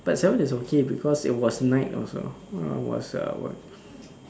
but seven is okay because it was night also well was